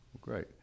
Great